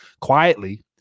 quietly